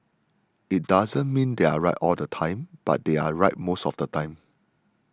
it doesn't mean they are right all the time but they are right most of the time